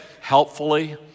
helpfully